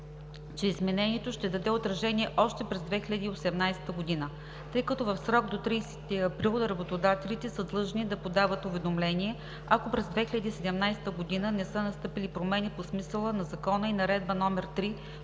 че изменението ще даде отражение още през 2018 г., тъй като в срок до 30 април работодателите са длъжни да подадат уведомления, ако през 2017 г. не са настъпили промени по смисъла на закона и Наредба № 3